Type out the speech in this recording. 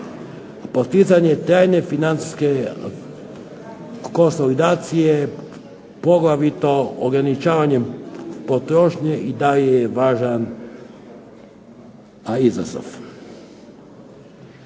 Poticanje trajne financijske konsolidacije poglavito ograničavanjem potrošnje i taj je važan izazov.